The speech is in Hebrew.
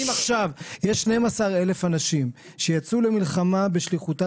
אם עכשיו יש 12,000 אנשים שיצאו למלחמה בשליחותה